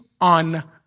on